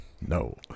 no